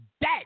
dead